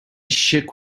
shook